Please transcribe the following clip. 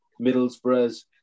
Middlesbroughs